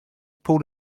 pulled